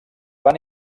van